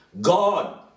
God